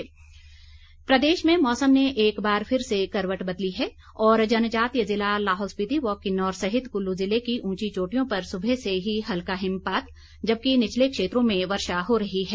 मौसम प्रदेश में मौसम ने एक बार फिर से करवट बदली है और जनजातीय जिला लाहौल स्पिति व किन्नौर सहित कुल्लू जिले की उंची चोटियों पर सुबह से ही हल्का हिमपात जबकि निचले क्षेत्रों में वर्षा हो रही है